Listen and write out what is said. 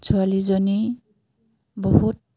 ছোৱালীজনী বহুত